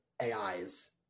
AI's